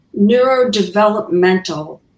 neurodevelopmental